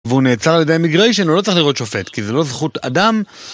והוא נעצר על ידי מיגריישן, הוא לא צריך לראות שופט. כי זה לא זכות אדם,